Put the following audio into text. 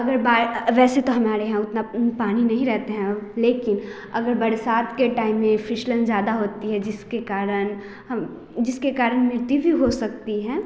अगर वैसे तो हमारे यहाँ उतना पानी नहीं रहता है लेकिन अगर बरसात के टाइम में फिसलन ज़्यादा होती है जिसके कारण हम जिसके कारण मिट्टी भी हो सकती है